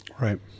right